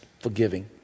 forgiving